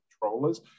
controllers